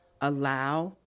allow